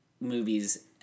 movies